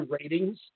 ratings